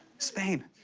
spain.